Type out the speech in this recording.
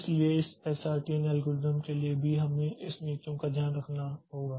इसलिए इस SRTN algorithm के लिए भी हमें इस नीतियों का ध्यान रखना होगा